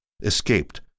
escaped